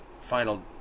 final